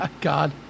God